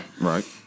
Right